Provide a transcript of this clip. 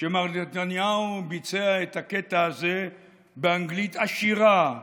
שמר נתניהו ביצע את הקטע הזה באנגלית עשירה,